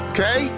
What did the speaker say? Okay